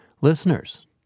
listeners